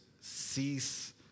cease